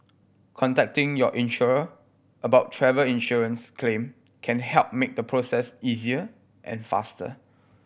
contacting your insurer about travel insurance claim can help make the process easier and faster